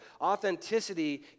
Authenticity